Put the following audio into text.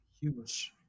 huge